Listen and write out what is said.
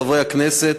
חברי הכנסת,